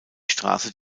straße